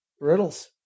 Riddles